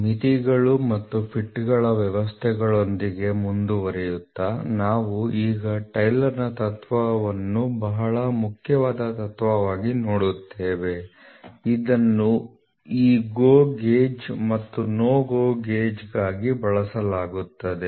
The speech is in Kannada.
ಮಿತಿಗಳು ಮತ್ತು ಫಿಟ್ಗಳ ವ್ಯವಸ್ಥೆಗಳೊಂದಿಗೆ ಮುಂದುವರಿಯುತ್ತಾ ನಾವು ಈಗ ಟೇಲರ್ನ ತತ್ವವನ್ನು Taylor's Principle ಬಹಳ ಮುಖ್ಯವಾದ ತತ್ವವಾಗಿ ನೋಡುತ್ತೇವೆ ಇದನ್ನು ಈ GO ಗೇಜ್ ಮತ್ತು NO GO ಗೇಜ್ಗಾಗಿ ಬಳಸಲಾಗುತ್ತದೆ